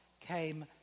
came